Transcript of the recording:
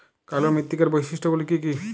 কালো মৃত্তিকার বৈশিষ্ট্য গুলি কি কি?